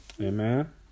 Amen